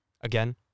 Again